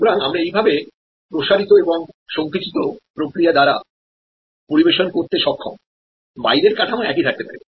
সুতরাং আমরা এইভাবে প্রসারিত এবং সঙ্কুচিত প্রক্রিয়া দ্বারা পরিবেশন করতে সক্ষম বাইরের কাঠামো একই থাকতে পারে